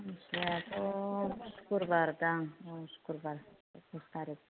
आमथिसुवायाथ' सुक्रुबार दां सुक्रुबार थ्रिस थारिख